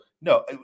no